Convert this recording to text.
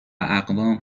اقوام